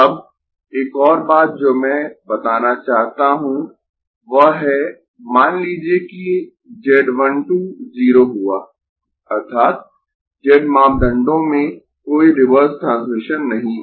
अब एक और बात जो मैं बताना चाहता हूं वह है मान लीजिए कि z 1 2 0 हुआ अर्थात् z मापदंडों में कोई रिवर्स ट्रांसमिशन नहीं है